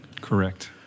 Correct